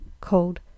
called